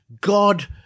God